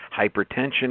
hypertension